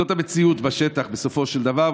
זאת המציאות בשטח בסופו של דבר,